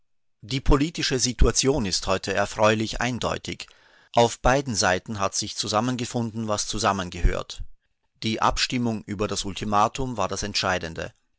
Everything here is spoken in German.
die politische situation ist heute erfreulich eindeutig auf beiden seiten hat sich zusammengefunden was zusammengehört die abstimmung über das ultimatum war das entscheidende